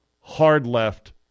hard-left